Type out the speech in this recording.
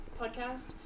podcast